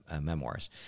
memoirs